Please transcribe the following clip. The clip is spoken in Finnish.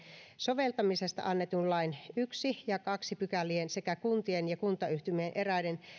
soveltamisesta annetun lain ensimmäisen ja toisen pykälän sekä kuntien ja kuntayhtymien eräiden